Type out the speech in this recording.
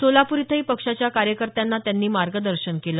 सोलापूर इथंही पक्षाच्या कार्यकर्त्यांना त्यांनी मार्गदर्शन केलं